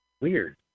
Weird